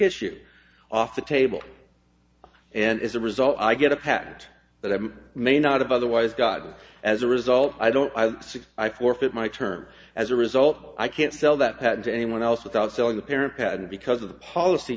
issue off the table and as a result i get a patent that i may not have otherwise gotten as a result i don't six i forfeit my term as a result i can't sell that had to anyone else without selling the parapet and because of the policy